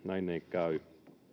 käy